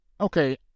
Okay